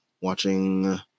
Watching